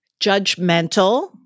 judgmental